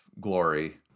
glory